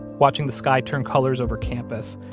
watching the sky turn colors over campus,